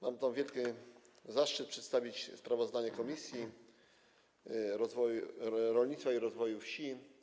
Mam wielki zaszczyt przedstawić sprawozdanie Komisji Rolnictwa i Rozwoju Wsi.